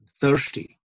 thirsty